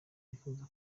yifuza